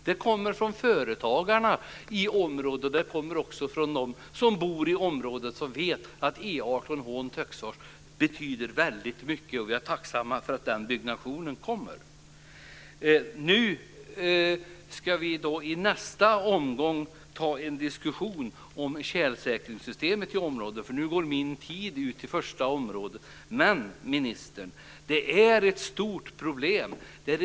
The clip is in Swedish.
Det kommer från företagarna i området. Det kommer också från dem som bor i området som vet att E 18 från Töcksfors betyder väldigt mycket. Vi är tacksamma för att den byggnationen kommer. Nu ska vi i nästa omgång ta en diskussion som tjälsäkringssystemet i området, eftersom som min talartid i första omgången håller på att gå ut. Men det är ett stort problem, ministern.